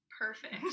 Perfect